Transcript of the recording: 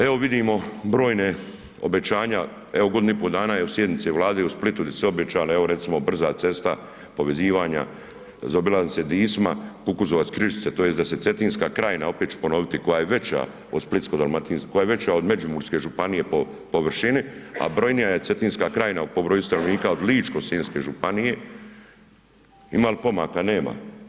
Evo vidimo brojna obećanje, evo godinu i pol dana je od sjednice Vlade u Splitu gdje se obećala evo recimo brza cesta povezivanja zaobilaznice Dicma – Kukuzovac – Križice tj. da se Cetinska krajina opet ću ponoviti koja je veća od Splitsko-dalmatinske, koja je veća od Međimurske županije po površini, a brojnija je Cetinska krajina po broju stanovnika od Ličko-senjske županije, ima li pomaka, nema.